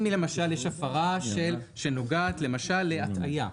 אם למשל יש הפרה שנוגעת למשל להטעיה.